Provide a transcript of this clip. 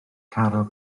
caryl